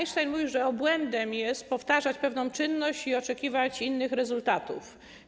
Einstein mówił, że obłędem jest powtarzać pewną czynność i oczekiwać innych rezultatów.